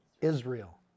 Israel